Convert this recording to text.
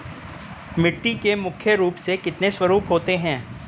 मिट्टी के मुख्य रूप से कितने स्वरूप होते हैं?